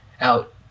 out